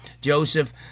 joseph